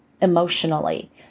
emotionally